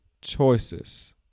choices